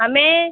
हमें